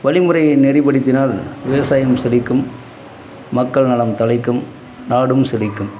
வழிமுறையை நெறிப்படுத்தினால் விவசாயம் செழிக்கும் மக்கள் நலம் தழைக்கும் நாடும் செழிக்கும்